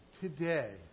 Today